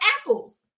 apples